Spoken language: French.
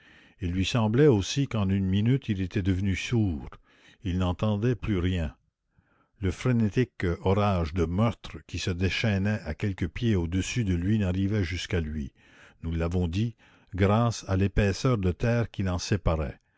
il lui sembla aussi qu'en une minute il était devenu sourd il n'entendait plus rien le frénétique orage de meurtre qui se déchaînait à quelques pieds au-dessus de lui n'arrivait jusqu'à lui nous l'avons dit grâce à l'épaisseur de terre qui l'en séparait